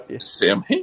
Sam